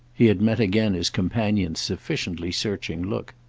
he had met again his companion's sufficiently searching look.